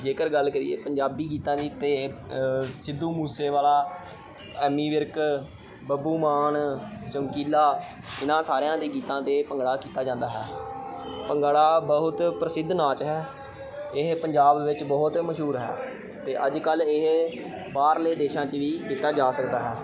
ਜੇਕਰ ਗੱਲ ਕਰੀਏ ਪੰਜਾਬੀ ਗੀਤਾਂ ਦੀ ਤਾਂ ਸਿੱਧੂ ਮੂਸੇਵਾਲਾ ਐਮੀ ਵਿਰਕ ਬੱਬੂ ਮਾਨ ਚਮਕੀਲਾ ਇਹਨਾਂ ਸਾਰਿਆਂ ਦੇ ਗੀਤਾਂ 'ਤੇ ਭੰਗੜਾ ਕੀਤਾ ਜਾਂਦਾ ਹੈ ਭੰਗੜਾ ਬਹੁਤ ਪ੍ਰਸਿੱਧ ਨਾਚ ਹੈ ਇਹ ਪੰਜਾਬ ਵਿੱਚ ਬਹੁਤ ਮਸ਼ਹੂਰ ਹੈ ਅਤੇ ਅੱਜ ਕੱਲ੍ਹ ਇਹ ਬਾਹਰਲੇ ਦੇਸ਼ਾਂ 'ਚ ਵੀ ਕੀਤਾ ਜਾ ਸਕਦਾ ਹੈ